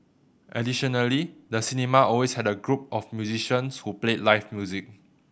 additionally the cinema always had a group of musicians who played live music